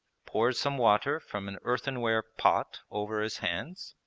poured some water from an earthenware pot over his hands,